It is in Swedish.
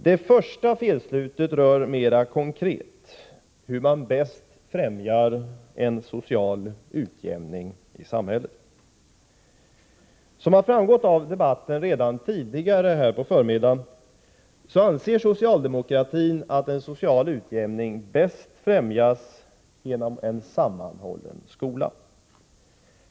Det första felslutet rör mer konkret hur man bäst främjar en social utjämning i samhället. Som redan har framgått av debatten tidigare här på förmiddagen anser socialdemokratin att en social utjämning bäst främjas genom en sammanhållen skola.